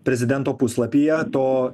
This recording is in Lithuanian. prezidento puslapyje to